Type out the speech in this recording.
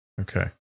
okay